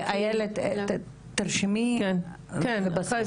--- איילת, תרשמי כי נרצה להתקדם.